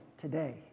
today